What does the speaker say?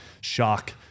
shock